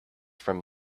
from